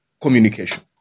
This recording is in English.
communication